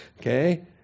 Okay